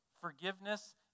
Forgiveness